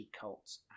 cults